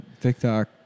TikTok